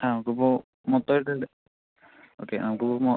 ആ നമുക്കിപ്പോൾ മൊത്തമായിട്ട് ഉണ്ട് ഓക്കേ